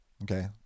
Okay